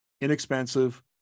inexpensive